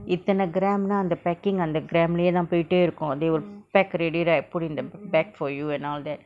இத்தன:ithana gram ன்னு அந்த:nnu andtha packing அந்த:andtha gram lah யேதா போய்டே இருக்கு:yetha poite irukku they will pack already right put in the bag for you and all that